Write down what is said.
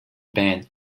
band